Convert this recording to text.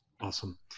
Awesome